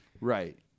Right